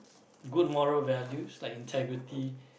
good moral values like integrity